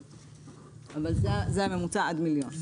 אבל זה הממוצע עד מיליון.